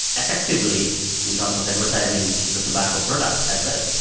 effectively in terms of advertising the tobacco product as well.